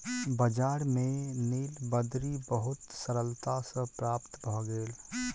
बजार में नीलबदरी बहुत सरलता सॅ प्राप्त भ गेल